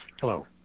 Hello